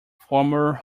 former